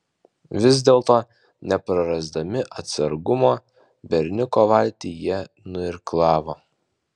vis dėlto neprarasdami atsargumo berniuko valtį jie nuirklavo